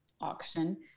auction